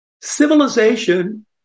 Civilization